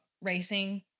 racing